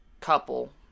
couple